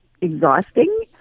exhausting